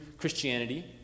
Christianity